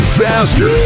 faster